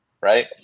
right